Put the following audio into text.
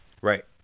Right